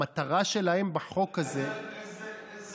המטרה שלהם בחוק הזה, תראה איזה